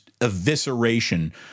evisceration